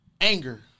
anger